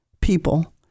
people